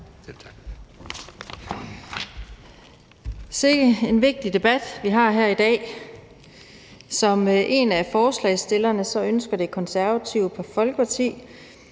Selv tak.